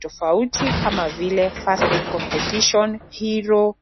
tofauti kama vile First Aid Competition, Hero .